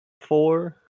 Four